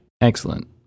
Excellent